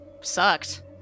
sucked